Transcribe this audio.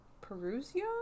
Perusia